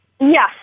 Yes